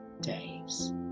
days